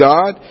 God